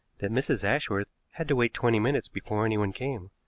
that mrs. ashworth had to wait twenty minutes before anyone came?